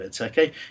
okay